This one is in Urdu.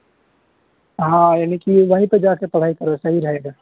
ہاں یعنی کہ وہیں پہ جا کے پڑھائی کرو صحیح رہے گا